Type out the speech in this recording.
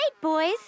boys